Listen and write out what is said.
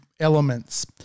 elements